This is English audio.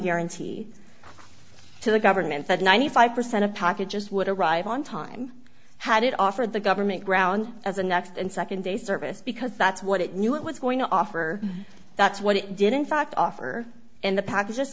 guarantee so the government said ninety five percent of packages would arrive on time had it offered the government ground as a next and second day service because that's what it knew it was going to offer that's what it did in fact offer and the package just